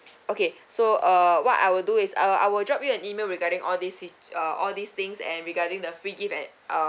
okay so uh what I will do is uh I will drop you an email regarding all these seats uh all these things and regarding the free gift and uh